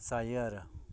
जायो आरो